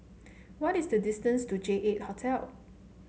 what is the distance to J eight Hotel